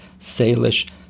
Salish